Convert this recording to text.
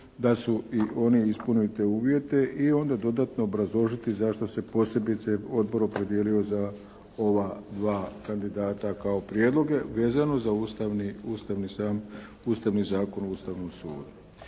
da su i oni ispunili te uvjete i onda dodatno obrazložiti zašto se posebice Odbor opredijelio za ova dva kandidata kao prijedloge, vezano za Ustavni zakon o Ustavnom sudu.